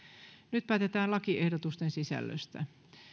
nyt päätetään lakiehdotusten sisällöstä